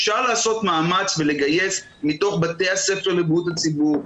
אפשר לעשות מאמץ ולגייס מתוך בתי הספר לבריאות הציבור,